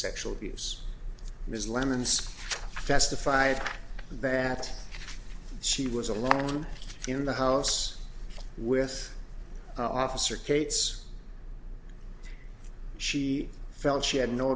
sexual abuse was lemon's testified that she was alone in the house with officer cates she felt she had no